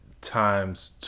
times